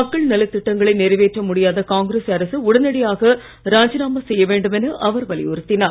மக்கள் நலத் திட்டங்களை நிறைவேற்ற முடியாத காங்கிரஸ் அரசு உடனடியாக ராஜினாமா செய்ய வேண்டும் என அவர் வலியுறுத்தினார்